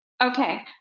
okay